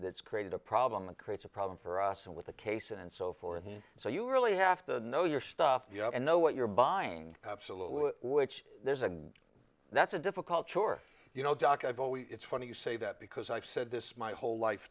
that's created a problem and creates a problem for us and with the case and so forth and so you really have to know your stuff and know what you're buying absolutely which there's a that's a difficult chore you know doc i've always it's funny you say that because i've said this my whole life